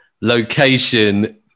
Location